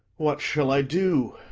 what shall i do?